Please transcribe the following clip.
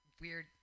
weird